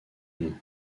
nom